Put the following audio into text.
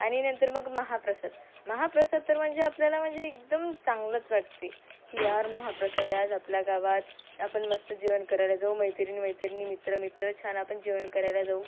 आणि नंतर मग महाप्रसाद महाप्रसाद तर म्हणजे आपल्याला म्हणजे एकदम चांगलंच वाटते की यार महाप्रसाद आहे आज आपल्या गावात आपण मस्त जेवण करायला जाऊ मैत्रिणी मैत्रिणी मित्र मित्र छान आपण जेवण करायला जाऊ